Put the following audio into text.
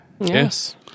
Yes